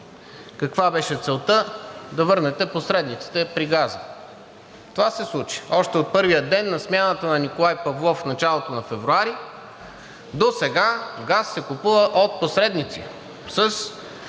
Каква беше целта – да върнете посредниците при газа. Това се случи. Още от първия ден на смяната на Николай Павлов в началото на февруари досега газ се купува от посредници